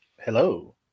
Hello